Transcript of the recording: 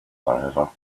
forever